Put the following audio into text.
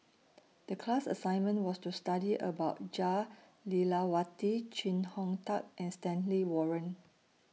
The class assignment was to study about Jah Lelawati Chee Hong Tat and Stanley Warren